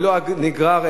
ולא רק מה שנגרר,